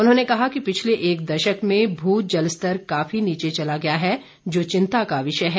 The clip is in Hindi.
उन्होंने कहा कि पिछले एक दशक में भू जलस्तर काफी नीचे चला गया है जो चिंता का विषय है